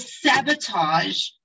sabotage